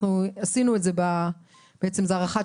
סכום שאינו מובא בחשבון כהכנסה להבטחת